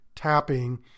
tapping